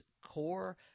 core